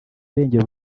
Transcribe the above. irengera